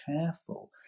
careful